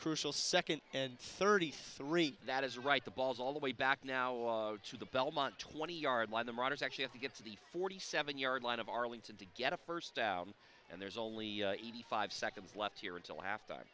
crucial second and thirty three that is right the balls all the way back now to the belmont twenty yard line the runners actually have to get to the forty seven yard line of arlington to get a first down and there's only eighty five seconds left here until after